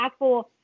impactful